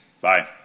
Bye